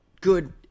good